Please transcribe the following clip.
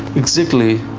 exactly,